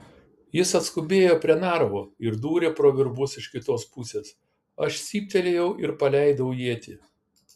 jis atskubėjo prie narvo ir dūrė pro virbus iš kitos pusės aš cyptelėjau ir paleidau ietį